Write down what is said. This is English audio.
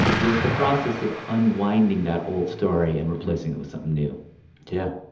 was the process of unwinding that old story and replacing it with something new yeah.